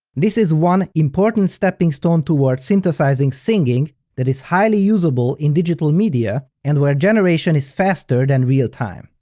this is one important stepping stone towards synthesizing singing that is highly usable in digital media and where generation is faster than real time.